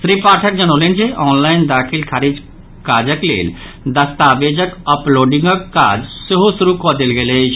श्री पाठक जनौलनि जे ऑनलाईन दाखिल खारिज काजक लेल दस्तावेजक अपलोडिंगक काज सेहो शुरू कऽ देल गेल अछि